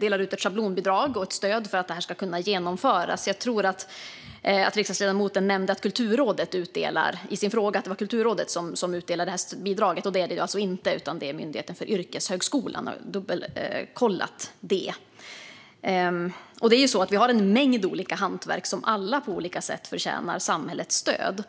delar ut ett schablonbidrag och ett stöd för att utbildningarna ska kunna genomföras. Jag tror att riksdagsledamoten i sin interpellation nämnde att det är Kulturrådet som utdelar schablonbidraget. Det är det inte, utan det är Myndigheten för yrkeshögskolan. Jag har dubbelkollat detta. Vi har en mängd olika hantverk som alla på olika sätt förtjänar samhällets stöd.